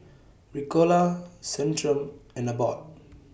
Ricola Centrum and Abbott